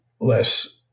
less